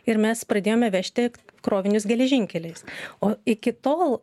ir mes pradėjome vežti krovinius geležinkeliais o iki tol